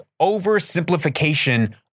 oversimplification